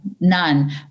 none